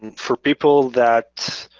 and for people that